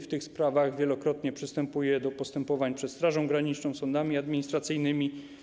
W tych sprawach wielokrotnie przystępuję do postępowań przed Strażą Graniczną, sądami administracyjnymi.